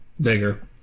Bigger